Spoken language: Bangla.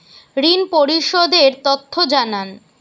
ঋন পরিশোধ এর তথ্য জানান